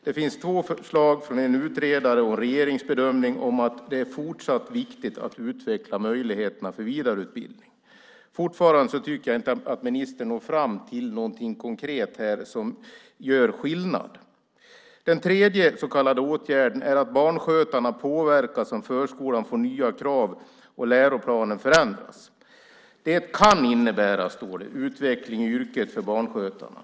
Det finns två förslag från en utredare och en regeringsbedömning om att det fortsatt är viktigt att utveckla möjligheterna till vidareutbildning. Fortfarande tycker jag inte att ministern når fram till någonting konkret här som gör skillnad. Den tredje så kallade åtgärden handlar om att barnskötarna påverkas om förskolan får nya krav och om läroplanen förändras. Det kan innebära, står det, utveckling i yrket för barnskötarna.